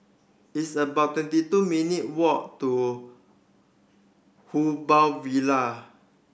it's about twenty two minute walk to Who Bo Villa